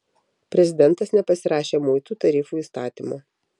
prezidentas nepasirašė muitų tarifų įstatymo